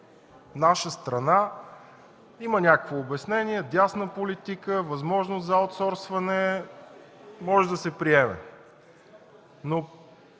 наша страна, има някакво обяснение – дясна политика, възможност за аутсорсване, може да се приеме.